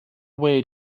way